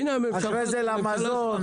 אחרי זה למזון,